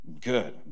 good